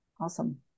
Awesome